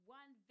one